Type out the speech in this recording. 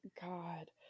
God